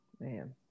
Man